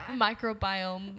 microbiome